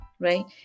right